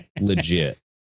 legit